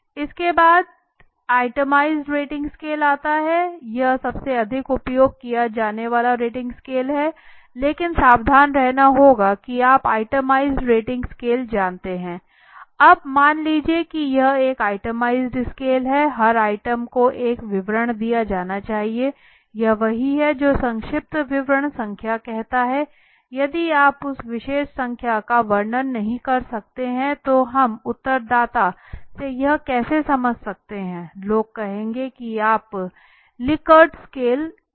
इसके बाद itemized rating scale आता है यह सबसे अधिक उपयोग किया जाने वाला रेटिंग स्केल है लेकिन सावधान रहना होगा कि आप आइटमाइज्ड रेटिंग स्केल जानते हैं अब मान लीजिए कि यह एक आइटमाइज्ड स्केल है हर आइटम को एक विवरण दिया जाना चाहिए यह वही है जो संक्षिप्त विवरण संख्या कहता है यदि आप उस विशेष संख्या का वर्णन नहीं कर सकते हैं तो हम उत्तरदाता से यह कैसे समझ सकते हैं लोग कहेंगे कि 5 लाइकेर्ट स्केल क्यों थे